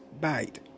bite